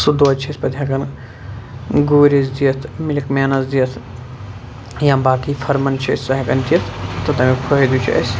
سُہ دۄد چھِ أسۍ پتہٕ ہٮ۪کان گوٗرِس دِتھ مِلِک مینس دِتھ یا باقٕے پھٔرمن چھِ أسۍ سُہ ہٮ۪کان دِتھ تہٕ تمیُک فٲیدٕ چھُ اسہِ